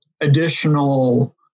additional